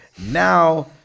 Now